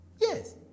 Yes